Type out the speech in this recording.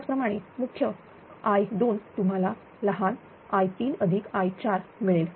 त्याच प्रमाणे प्रमुख I2 तुम्हाला लहान i3 i4 मिळेल